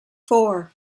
four